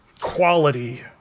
quality